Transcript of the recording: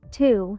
two